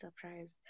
surprised